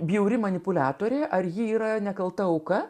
bjauri manipuliatoriai ar ji yra nekalta auka